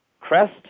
Crest